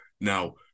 Now